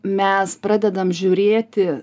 mes pradedam žiūrėti